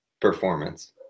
performance